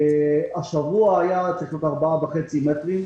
השבוע היה צריך להיות 4.5 מטרים.